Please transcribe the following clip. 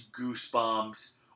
goosebumps